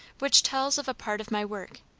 which tells of a part of my work.